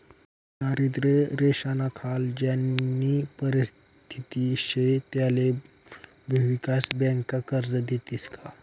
दारिद्र्य रेषानाखाल ज्यानी परिस्थिती शे त्याले भुविकास बँका कर्ज देतीस का?